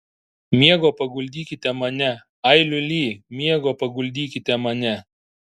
miego paguldykite mane ai liuli miego paguldykite mane